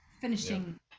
finishing